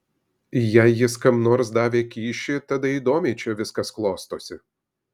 jei jis kam nors davė kyšį tada įdomiai čia viskas klostosi